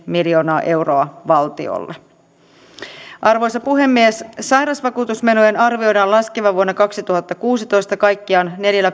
miljoonaa euroa valtiolle arvoisa puhemies sairausvakuutusmenojen arvioidaan laskevan vuonna kaksituhattakuusitoista kaikkiaan neljään